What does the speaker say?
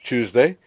Tuesday